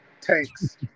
tanks